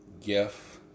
gif